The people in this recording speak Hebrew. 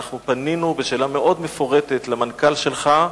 פנינו בשאלה מאוד מפורטת אל המנכ"ל שלך,